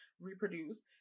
reproduce